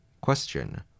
Question